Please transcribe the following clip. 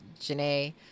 Janae